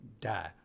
die